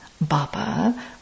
Baba